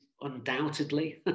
Undoubtedly